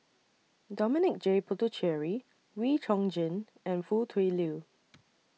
Dominic J Puthucheary Wee Chong Jin and Foo Tui Liew